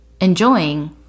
enjoying